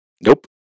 nope